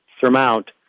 surmount